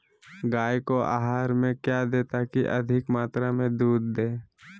गाय को आहार में क्या दे ताकि अधिक मात्रा मे दूध दे?